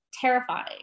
terrifying